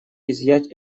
изъять